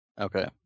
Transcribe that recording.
Okay